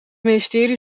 ministerie